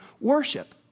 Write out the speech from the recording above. worship